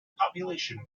population